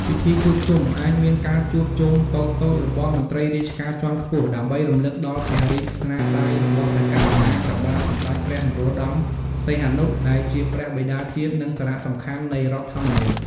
ពិធីជួបជុំ អាចមានការជួបជុំតូចៗរបស់មន្ត្រីរាជការជាន់ខ្ពស់ ដើម្បីរំលឹកដល់ព្រះរាជស្នាដៃរបស់ព្រះករុណា ព្រះបាទសម្តេចព្រះនរោត្តម សីហនុ ដែលជាព្រះបិតាជាតិ និងសារៈសំខាន់នៃរដ្ឋធម្មនុញ្ញ។